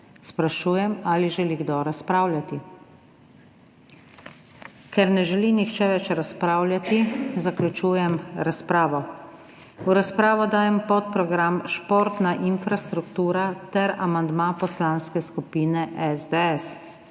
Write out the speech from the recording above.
Sprašujem, ali želi kdo razpravljati. Ker ne želi nihče več razpravljati, zaključujem razpravo. V razpravo dajem podprogram Športna infrastruktura ter amandma Poslanske skupine SDS.